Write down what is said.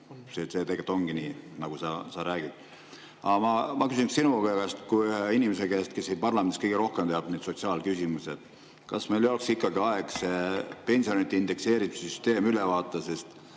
See tegelikult ongi nii, nagu sa räägid. Aga ma küsin sinu kui inimese käest, kes siin parlamendis kõige rohkem teab neid sotsiaalküsimusi. Kas meil ei oleks ikkagi aeg see pensionide indekseerimise süsteem üle vaadata? Sest